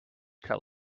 tell